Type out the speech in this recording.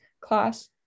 class